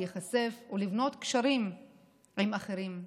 להיחשף ולבנות קשרים עם אחרים.